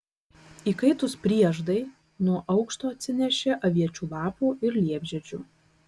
įkaitus prieždai nuo aukšto atsinešė aviečių lapų ir liepžiedžių